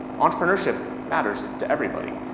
entrepreneurship matters to everybody.